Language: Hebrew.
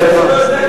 דברי בורות,